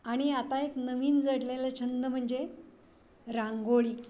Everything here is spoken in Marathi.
आणि आता एक नवीन जडलेला छंद म्हणजे रांगोळी